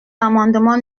l’amendement